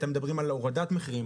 אתם מדברים על הורדת מחירים,